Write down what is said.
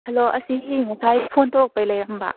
hello ꯑꯁꯤ ꯁꯤ ꯉꯁꯥꯏ ꯐꯣꯟ ꯇꯧꯔꯛꯄꯩ ꯂꯩꯔꯝꯕ